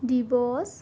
দিৱস